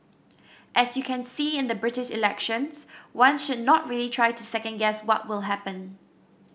as you can see in the British elections one should not really try to second guess what will happen